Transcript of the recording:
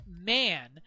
man